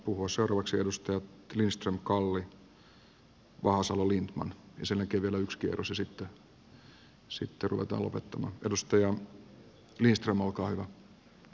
seuraavaksi edustajat lindström kalli vahasalo lindtman ja sen jälkeen vielä yksi kierros ja sitten ruvetaan lopettamaan